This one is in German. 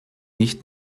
nicht